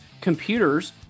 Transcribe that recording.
computers